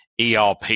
ERP